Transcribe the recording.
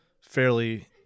fairly